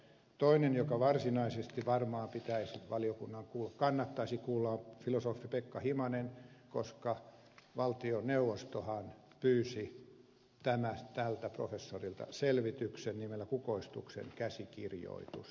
toinen jota varsinaisesti varmaan kannattaisi valiokunnan kuulla on filosofi pekka himanen koska valtioneuvostohan pyysi tältä professorilta selvityksen nimellä kukoistuksen käsikirjoitus